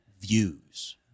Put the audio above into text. views